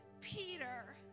Peter